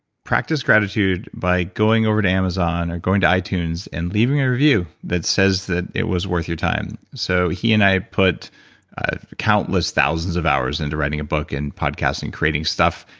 practice gratitude by going over to amazon or going to itunes and leaving a review that says that it was worth your time. so he and i put countless thousands of hours into writing a book and podcasts and creating stuff.